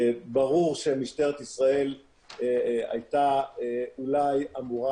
ברור שמשטרת ישראל הייתה אולי אמורה